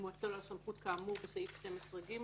אם הואצלה לו הסמכות כאמור בסעיף 12(ג)